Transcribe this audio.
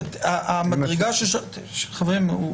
חברים,